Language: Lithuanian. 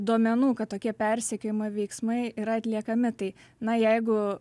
duomenų kad tokie persekiojimo veiksmai yra atliekami tai na jeigu